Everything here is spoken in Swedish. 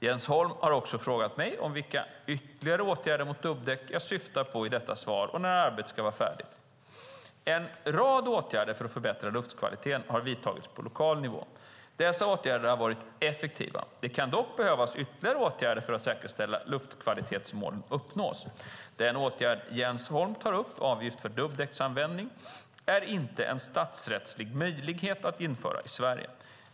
Jens Holm har också frågat mig vilka ytterligare åtgärder mot dubbdäck jag syftar på i detta svar och när arbetet ska vara färdigt. En rad åtgärder för att förbättra luftkvaliteten har vidtagits på lokal nivå. Dessa åtgärder har varit effektiva. Det kan dock behövas ytterligare åtgärder för att säkerställa att luftkvalitetsmålen uppnås. Den åtgärd som Jens Holm tar upp - avgift för dubbdäcksanvändning - är inte statsrättsligt möjlig att införa i Sverige.